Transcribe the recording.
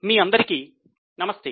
మీ అందరికీ నమస్తే